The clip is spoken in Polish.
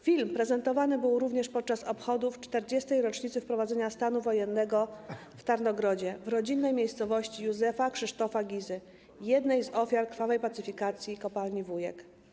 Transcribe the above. Film prezentowany był również podczas obchodów 40. rocznicy wprowadzenia stanu wojennego w Tarnogrodzie, rodzinnej miejscowości Józefa Krzysztofa Gizy, jednej z ofiar krwawej pacyfikacji kopalni Wujek.